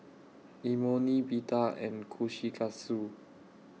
Imoni Pita and Kushikatsu